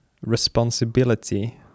responsibility